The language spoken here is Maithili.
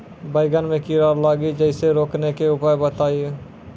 बैंगन मे कीड़ा लागि जैसे रोकने के उपाय बताइए?